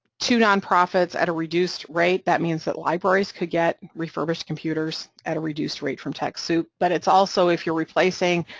to nonprofits at a reduced rate, that means that libraries could get refurbished computers at a reduced rate from techsoup but it's also if you're replacing,